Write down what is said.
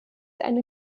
eine